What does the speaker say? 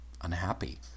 unhappy